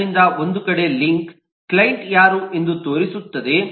ಆದ್ದರಿಂದ ಒಂದು ಕಡೆ ಲಿಂಕ್ ಕ್ಲೈಂಟ್ ಯಾರು ಎಂದು ತೋರಿಸುತ್ತದೆ